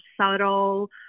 subtle